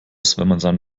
seinen